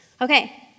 Okay